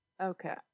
okay